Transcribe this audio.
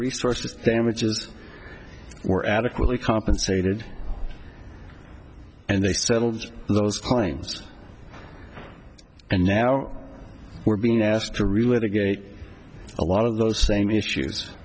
resources damages were adequately compensated and they settled those claims and now we're being asked to relive again a lot of those same issues